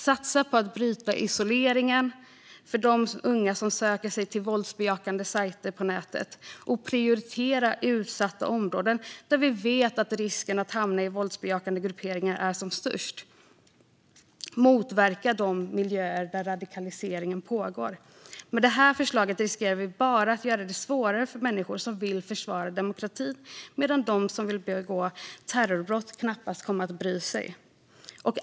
Satsa på att bryta isoleringen för de unga som söker sig till våldsbejakande sajter på nätet! Prioritera utsatta områden, där vi vet att risken att hamna i våldsbejakande grupperingar är som störst! Motverka de miljöer där radikaliseringen pågår! Med detta förslag riskerar vi bara att göra det svårare för människor som vill försvara demokrati, medan de som vill begå terrorbrott knappast kommer att bry sig.